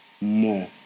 more